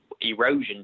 erosion